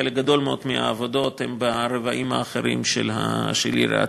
חלק גדול מאוד מהעבודות הן ברבעים האחרים של העיר העתיקה.